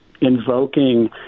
invoking